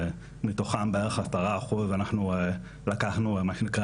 מתוכן בערך 10% אנחנו לקחנו מה שנקרא